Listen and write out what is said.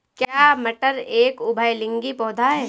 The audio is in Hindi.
क्या मटर एक उभयलिंगी पौधा है?